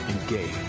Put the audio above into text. engage